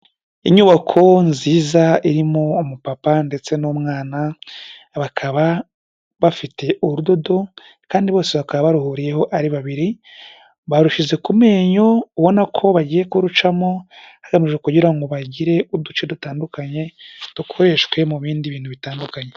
Inyubako nziza irimo umupapa ndetse n'umwana bakaba bafite urudodo kandi bose bakaba baruhuriyeho ari babiri, barushyize ku menyo ubona ko bagiye kurucamo hagamijwe kugira ngo bagire uduce dutandukanye dukoreshwe mu bindi bintu bitandukanye.